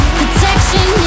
protection